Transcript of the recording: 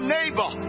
Neighbor